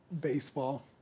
baseball